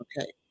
okay